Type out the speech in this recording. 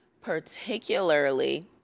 particularly